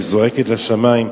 שהיא זועקת לשמים.